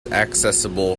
accessible